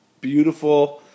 beautiful